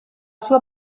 sua